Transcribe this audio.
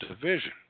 division